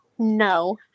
no